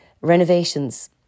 renovations